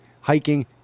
hiking